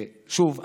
שוב,